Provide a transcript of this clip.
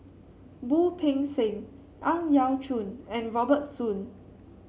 Wu Peng Seng Ang Yau Choon and Robert Soon